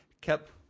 kept